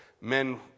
men